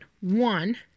one